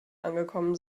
angekommen